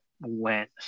went